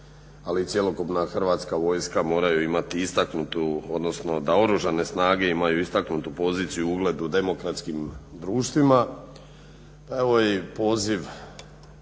ali i cjelokupna Hrvatska vojska moraju imati istaknutu odnosno da Oružane snage imaju istaknutu poziciju u ugledu u demokratskim društvima. Evo i poziv